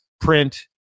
print